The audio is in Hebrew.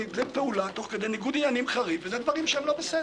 כי הרי בורסה זה מקום שאתה לא יודע?